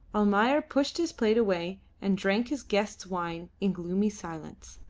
almayer pushed his plate away and drank his guest's wine in gloomy silence.